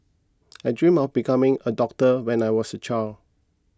I dreamt of becoming a doctor when I was a child